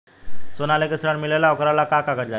सोना लेके ऋण मिलेला वोकरा ला का कागज लागी?